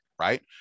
right